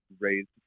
raised